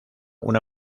una